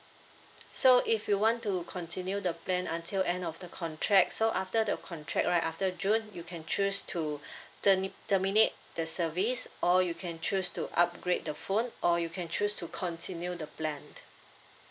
so if you want to continue the plan until end of the contract so after the contract right after june you can choose to ter~ terminate the service or you can choose to upgrade the phone or you can choose to continue the plan